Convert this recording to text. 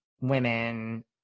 women